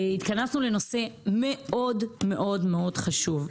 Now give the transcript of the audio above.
התכנסנו לנושא מאוד מאוד מאוד חשוב,